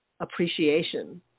appreciation